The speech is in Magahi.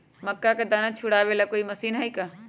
मक्का के दाना छुराबे ला कोई मशीन हई का?